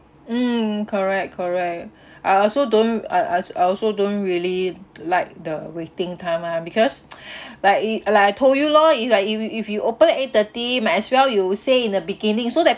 mm correct correct I also don't I I I also don't really like the waiting time ah because like like I told you lor it's like if if you open eight thirty might as well you say in the beginning so that